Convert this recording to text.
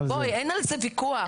אין על זה ויכוח.